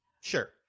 Sure